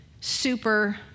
super